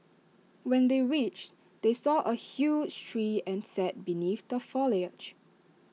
when they reached they saw A huge tree and sat beneath the foliage